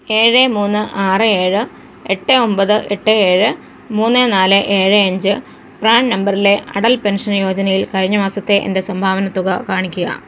ഏഴ് മൂന്ന് ആറ് ഏഴ് എട്ട് ഒമ്പത് എട്ട് ഏഴ് മൂന്ന് നാല് ഏഴ് അഞ്ച് പ്രാൻ നമ്പറിലെ അടൽ പെൻഷൻ യോജനയിൽ കഴിഞ്ഞ മാസത്തെ എൻ്റെ സംഭാവന തുക കാണിക്കുക